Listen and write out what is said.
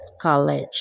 college